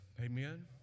amen